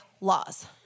laws